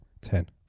Ten